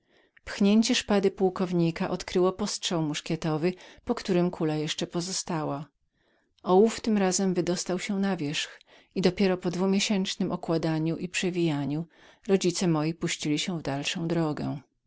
pchnięcie szpady pułkownika odkryło postrzał karabinowy po którym kula mu jeszcze pozostała ołów tym razem wydostał się na wierzch i po dwu miesięcznem okładaniu i przewijaniu rodzice moi puścili się w dalszą drogę